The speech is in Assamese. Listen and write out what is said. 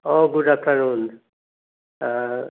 অঁ গুড আফটাৰনুন